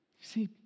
see